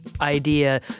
idea